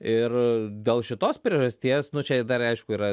ir dėl šitos priežasties nu čia dar aišku yra